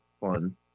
fun